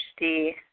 HD